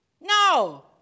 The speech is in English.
No